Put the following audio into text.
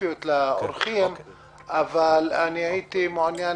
ספציפיות לאורחים אבל הייתי מעוניין